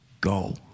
go